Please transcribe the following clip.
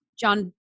John